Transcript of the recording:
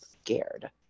scared